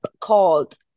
called